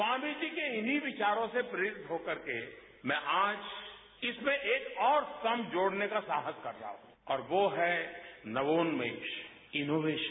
स्वामी जी के इन्हीं विचारों से प्रेरित होकरके मैं आज इसमें एक और स्तंभ जोड़ने का साहस कर रहा हूं और ये है नवोन्मेष इनोवेशन